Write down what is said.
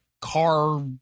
car